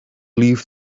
leave